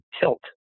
tilt